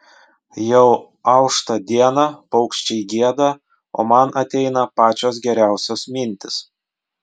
jau aušta diena paukščiai gieda o man ateina pačios geriausios mintys